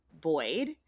Boyd